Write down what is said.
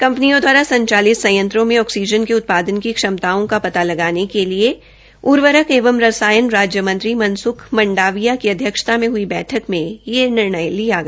कंपनियों दवारा संचालित संयंत्रों में ऑक्सीजन के उत्पादन की क्षमताओं की पता लगाने के लिए उर्वरक एंव रसायन राज्य मंत्री मनसुख मंडाविया की अध्यक्षता में हई बैठक में यह निर्णय लिया गया